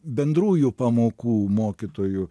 bendrųjų pamokų mokytojų